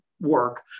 work